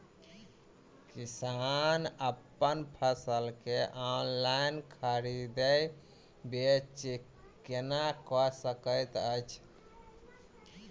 किसान अप्पन फसल केँ ऑनलाइन खरीदै बेच केना कऽ सकैत अछि?